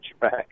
back